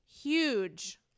huge